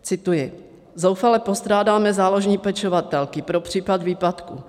Cituji: Zoufale postrádáme záložní pečovatelky pro případ výpadku.